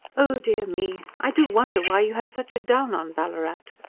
oh dear me! i do wonder why you have such a down on ballarat.